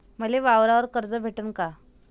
मले वावरावर कर्ज भेटन का?